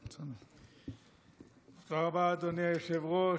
תודה רבה, אדוני היושב-ראש.